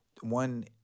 one